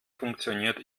funktioniert